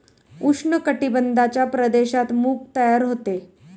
उष्ण कटिबंधाच्या प्रदेशात मूग तयार होते